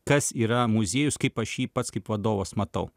kas yra muziejus kaip aš jį pats kaip vadovas matau